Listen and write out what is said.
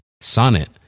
Sonnet